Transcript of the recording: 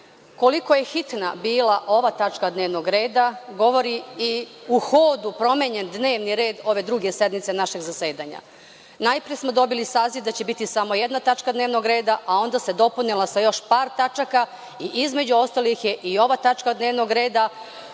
koliko je hitna bila ova tačka dnevnog reda govori i u hodu promenjen dnevni red ove Druge sednice našeg zasedanja. Najpre smo dobili saziv da će biti samo jedna tačka dnevnog reda, a onda se dopunila sa još par tačaka i između ostalih je i ova tačka dnevnog reda